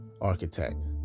architect